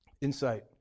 insight